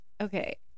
Okay